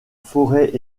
forêts